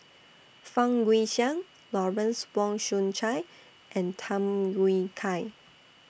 Fang Guixiang Lawrence Wong Shyun Tsai and Tham Yui Kai